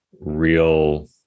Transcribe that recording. real